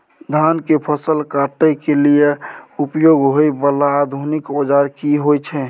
धान के फसल काटय के लिए उपयोग होय वाला आधुनिक औजार की होय छै?